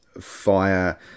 Fire